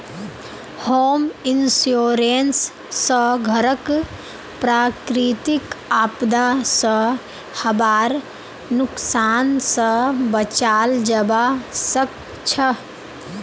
home insurance स घरक प्राकृतिक आपदा स हबार नुकसान स बचाल जबा सक छह